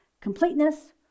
completeness